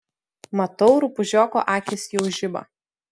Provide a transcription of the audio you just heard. matau rupūžioko akys jau žiba